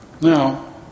Now